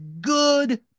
good